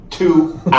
Two